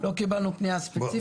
לא קיבלנו פניה ספציפית,